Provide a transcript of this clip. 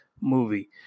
movie